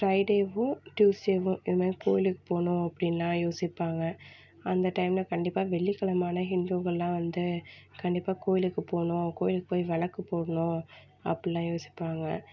ஃப்ரைடேவும் ட்யூஸ்டேவும் எங்கேயாது கோயிலுக்கு போகணும் அப்படின்லாம் யோசிப்பாங்க அந்த டைம்மில் கண்டிப்பாக வெள்ளிக்கிழமை ஆனால் ஹிந்துக்கள்லாம் வந்து கண்டிப்பாக கோயிலுக்கு போணும் கோயிலுக்கு போய் விளக்கு போடணும் அப்புடிலாம் யோசிப்பாங்க